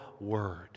word